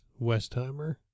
Westheimer